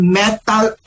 metal